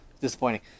disappointing